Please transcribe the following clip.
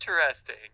interesting